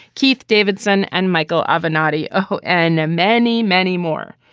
keith davidson and michael of anata. oh, and many, many more.